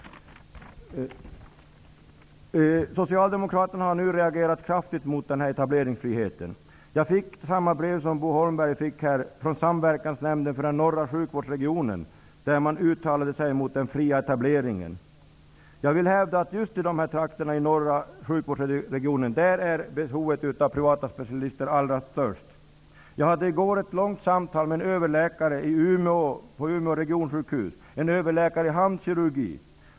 Socialdemokraterna har reagerat kraftigt mot den här etableringsfriheten. Jag har fått ett likadant brev som Bo Holmberg från Samverkansnämnden i norra sjukvårdsregionen. Man uttalade sig i det brevet mot den fria etableringen. Just i den norra sjukvårdsregionens trakter är behovet av privata specialister som störst. I går hade jag ett långt samtal med en överläkare i handkirurgi från Umeå regionsjukhus.